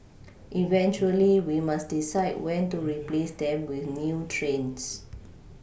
eventually we must decide when to replace them with new trains